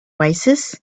oasis